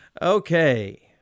Okay